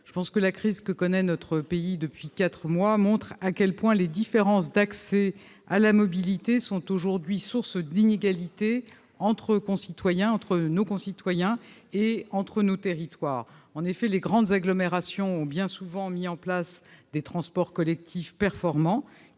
important. La crise que connaît notre pays depuis quatre mois montre à quel point les différences d'accès à la mobilité sont aujourd'hui source d'inégalités entre nos concitoyens et nos territoires. En effet, les grandes agglomérations ont bien souvent mis en place des transports collectifs performants,